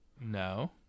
No